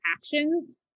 actions